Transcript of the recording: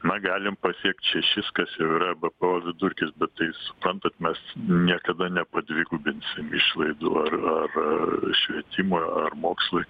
na galim pasiekt šešis kas jau yra bpo vidurkis bet tai suprantat mes niekada nepadvigubinsim išlaidų ar ar ar švietimui ar mokslui